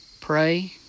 pray